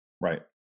Right